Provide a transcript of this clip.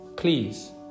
Please